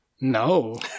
No